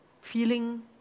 feeling